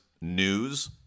news